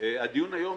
הדיון היום,